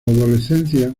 adolescencia